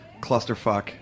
clusterfuck